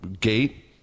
gate